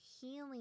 healing